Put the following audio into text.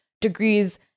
degrees